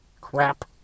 crap